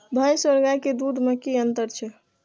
भैस और गाय के दूध में कि अंतर छै?